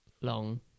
long